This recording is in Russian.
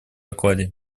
докладе